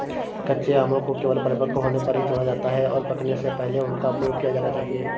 कच्चे आमों को केवल परिपक्व होने पर ही तोड़ा जाता है, और पकने से पहले उनका उपयोग किया जाना चाहिए